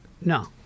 no